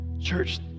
Church